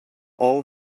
all